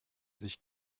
sich